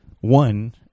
One